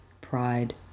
pride